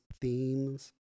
themes